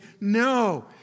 no